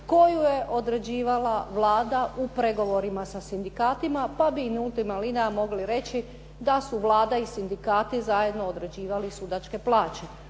koju je određivala Vlada u pregovorima sa sindikatima pa bi in ultima linea mogli reći da su Vlada i sindikati zajedno određivali sudačke plaće.